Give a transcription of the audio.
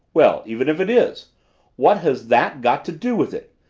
well, even if it is what has that got to do with it?